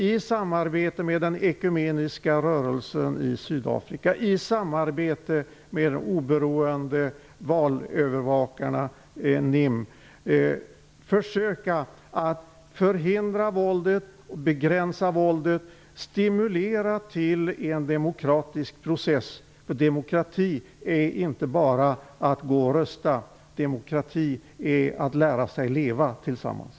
I samarbete med den ekumeniska rörelsen i Sydafrika och med de oberoende valövervakarna, NIM, försöker de att förhindra och begränsa våldet och stimulera till en demokratisk process. Demokrati är nämligen inte bara att gå och rösta. Demokrati är att lära sig att leva tillsammans.